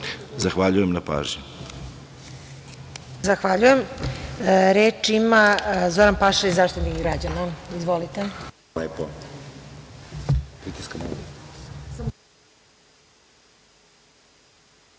Zahvaljujem na pažnji.